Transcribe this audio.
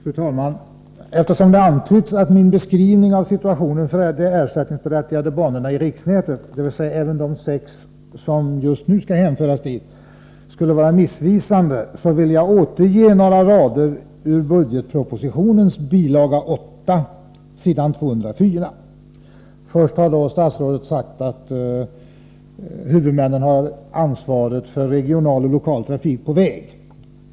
Fru talman! Eftersom det har antytts att min beskrivning av situationen för de ersättningsberättigade banorna i riksnätet — dvs. även de sex som just nu skall hänföras dit — skulle vara missvisande, vill jag återge några rader från budgetpropositionens bil. 8, s. 204. Först har statsrådet sagt att huvudmännen har ansvaret för regional och lokal trafik på väg.